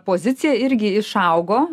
pozicija irgi išaugo